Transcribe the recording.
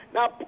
Now